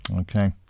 Okay